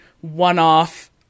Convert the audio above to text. one-off